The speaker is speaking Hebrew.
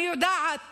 אני יודעת